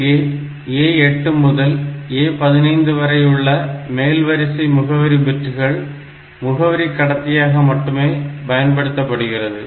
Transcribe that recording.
இங்கே A8 முதல் A15 வரையுள்ள மேல் வரிசை முகவரி பிட்டுகள் முகவரி கடத்தியாக மட்டுமே பயன்படுத்தப்படுகிறது